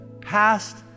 past